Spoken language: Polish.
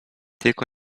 tylko